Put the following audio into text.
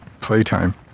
playtime